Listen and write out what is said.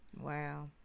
Wow